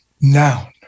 noun